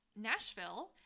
Nashville